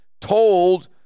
told